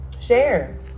Share